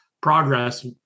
progress